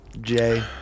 Jay